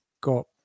got